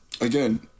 again